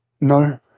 No